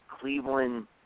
Cleveland